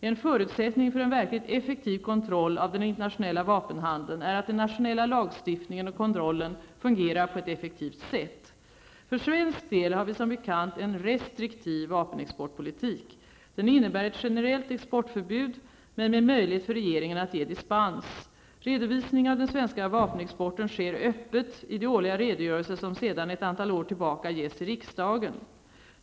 En förutsättning för en verkligt effektiv kontroll av den internationella vapenhandeln är att den nationella lagstiftningen och kontrollen fungerar på ett effektivt sätt. För svensk del har vi som bekant en restriktiv vapenexportpolitik. Den innebär ett generellt exportförbud men med möjlighet för regeringen att ge dispens. Redovisning av den svenska vapenexporten sker öppet i de årliga redogörelser som sedan ett antal år tillbaka ges till riksdagen.